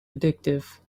addictive